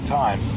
time